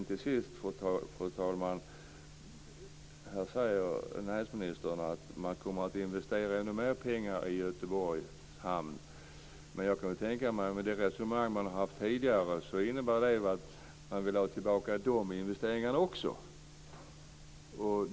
Till sist, fru talman, säger näringsministern att man kommer att investera ännu mer pengar i Göteborgs hamn. Med det resonemang man har haft tidigare kan jag tänka mig att det innebär att man vill ha tillbaka också de investeringarna.